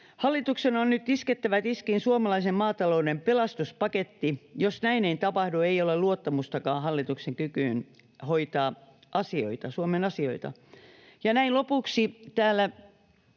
Hallituksen on nyt iskettävä tiskiin suomalaisen maatalouden pelastuspaketti. Jos näin ei tapahdu, ei ole myöskään luottamusta hallituksen kykyyn hoitaa Suomen asioita. Ja näin lopuksi: Täällä